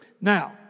Now